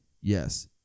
Yes